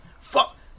Fuck